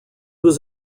was